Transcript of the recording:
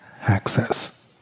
access